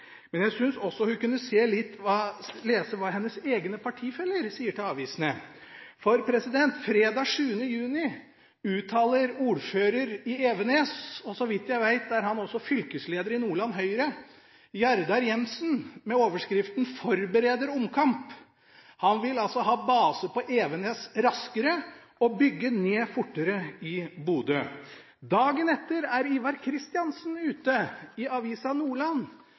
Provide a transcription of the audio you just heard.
men jeg synes hun også kunne lese litt om hva hennes egne partifeller sier til avisene. Ordføreren i Evenes – så vidt jeg vet, er han også fylkesleder i Nordland Høyre – Jardar Jensen, uttaler seg under overskriften: Forbereder omkamp. Han vil altså ha base på Evenes raskere og bygge ned fortere i Bodø. Dagen etter, den 7. juni, er Ivar Kristiansen ute i Avisa Nordland